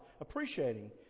appreciating